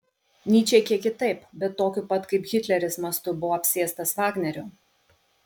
nyčė kiek kitaip bet tokiu pat kaip hitleris mastu buvo apsėstas vagnerio